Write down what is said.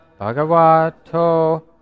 Bhagavato